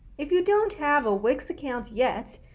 if you don't have a wix account yet,